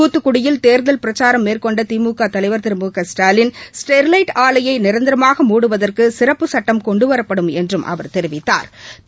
தூத்துக்குடியில் தேர்தல் பிரச்சாரம் மேற்கொண்ட திமுக தலைவர் திரு மு க ஸ்டாலின் ஸ்டெர்லைட் ஆலையை நிரந்தரமாக மூடுவதற்கு சிறப்புச் சட்டம் கொண்டுவரப்படும் என்றும் அவர் தெரிவித்தாா்